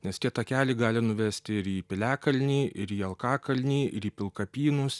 nes tie takeliai gali nuvesti ir į piliakalnį ir į alkakalnį ir į pilkapynus